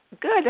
Good